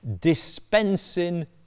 dispensing